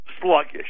sluggish